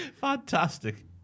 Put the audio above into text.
Fantastic